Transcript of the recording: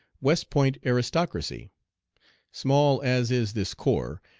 west point aristocracy small as is this corps,